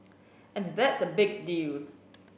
and that's a big deal